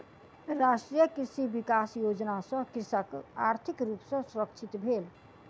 राष्ट्रीय कृषि विकास योजना सॅ कृषक आर्थिक रूप सॅ सुरक्षित भेल